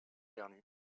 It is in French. dernier